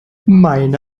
meine